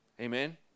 amen